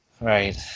Right